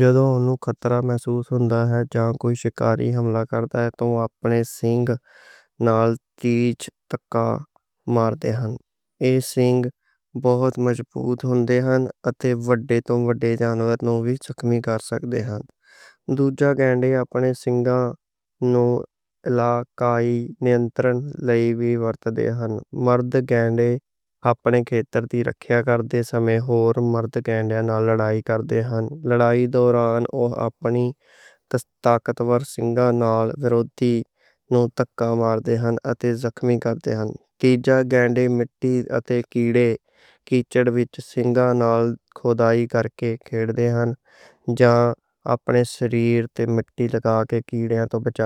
جدوں اُنہنوں خطرہ محسوس ہوندا ہے جے کوئی شکاری حملہ کردا ہے تاں اوہ اپنے سنگ نال تیز ٹکّا مار دے ہن۔ ایہہ سنگ بہت مضبوط ہوندے ہن اتے وڈّے توں وڈّے جانور نوں وی زخمی کر سکਦੇ ہن۔ دوجھا گینڈے اپنے سنگاں نوں علاقائی نینترن لئی ورتدے ہن۔ مرد گینڈے اپنے کھیتّر دی رکھیا کردے سمیں ہور مرد گینڈے نال لڑائی کردے ہن۔ لڑائی دوران اوہ اپنی طاقتور سنگاں نال وِپکشی نوں ٹکّا مار دے ہن اتے زخمی کردے ہن۔